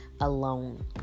alone